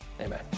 Amen